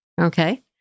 Okay